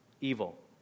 evil